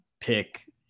pick